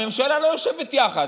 הממשלה לא יושבת יחד.